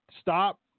stop